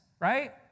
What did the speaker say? right